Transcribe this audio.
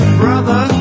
brother